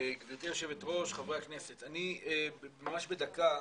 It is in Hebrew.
גברתי היושבת ראש, חברי הכנסת, אני ממש בדקה